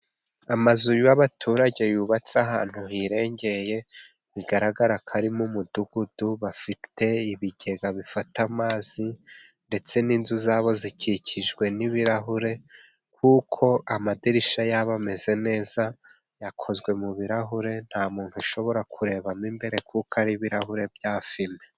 Amazu y'abaturage yubatse ahantu hirengeye, bigaragara ko ari mu mudugudu, bafite ibigega bifata amazi, ndetse n'inzu za bo zikikijwe n'ibirahure, kuko amadirishya ya bo ameze neza, yakozwe mu birahure, nta muntu ushobora kurebamo imbere, kuko ari ibirahure bya fime.